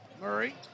Murray